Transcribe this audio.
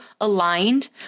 aligned